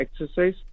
exercise